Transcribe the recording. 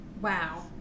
Wow